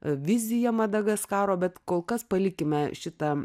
vizija madagaskaro bet kol kas palikime šitą